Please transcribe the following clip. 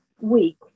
week